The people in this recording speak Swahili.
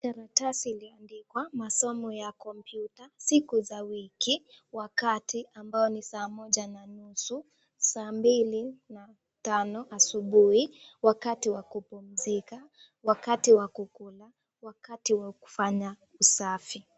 Karatasi iliyoandikwa masomo ya kompyuta, siku za wiki, wakati ambayo ni saa moja na nusu, saa mbili na tano asubuhi, wakati wa kupumzika, wakati wa kukula, wakati wa kufanya usafi.